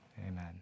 Amen